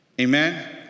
amen